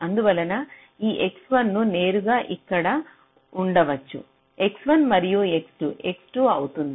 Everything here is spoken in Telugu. అందువలన ఈ X1 ను నేరుగా ఇక్కడ ఉండవచ్చు X1 మరియు X2 X2 అవుతుంది